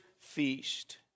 feast